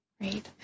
Great